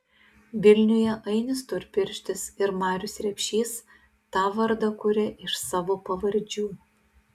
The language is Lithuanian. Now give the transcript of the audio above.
vilniuje ainis storpirštis ir marius repšys tą vardą kuria iš savo pavardžių